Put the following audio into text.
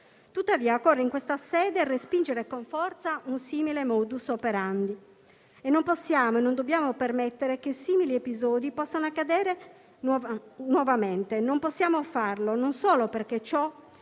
Tuttavia, in questa sede occorre respingere con forza un simile *modus operandi*. Non possiamo e non dobbiamo permettere che simili episodi possano accadere nuovamente. E non possiamo farlo non solo perché ciò